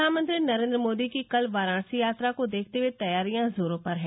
प्रधानमंत्री नरेन्द्र मोदी की कल वाराणसी यात्रा को देखते हए तैयारियां जोरों पर हैं